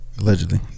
Allegedly